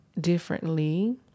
differently